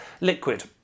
liquid